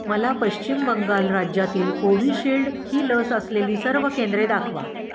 मला पश्चिम बंगाल राज्यातील कोविशिल्ड ही लस असलेली सर्व केंद्रे दाखवा